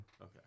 okay